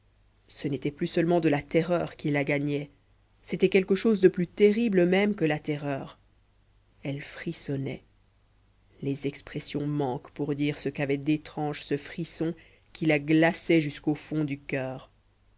ce n'était plus seulement de la terreur qui la gagnait c'était quelque chose de plus terrible même que la terreur elle frissonnait les expressions manquent pour dire ce qu'avait d'étrange ce frisson qui la glaçait jusqu'au fond du coeur